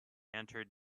entered